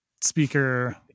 speaker